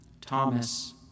Thomas